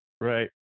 Right